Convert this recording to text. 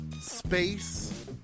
Space